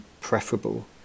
preferable